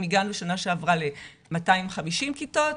אם הגענו שנה שעברה ל-250 כיתות,